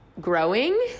growing